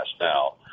now